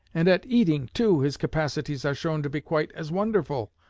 and at eating, too, his capacities are shown to be quite as wonderful.